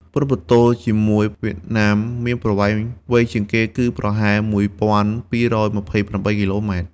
ព្រំប្រទល់ជាមួយវៀតណាមមានប្រវែងវែងជាងគេ គឺប្រហែល ១.២២៨ គីឡូម៉ែត្រ។